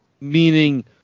Meaning